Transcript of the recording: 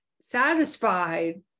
satisfied